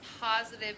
positive